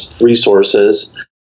resources